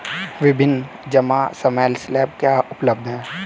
विभिन्न जमा समय स्लैब क्या उपलब्ध हैं?